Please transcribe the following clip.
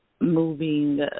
moving